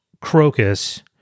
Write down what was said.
Crocus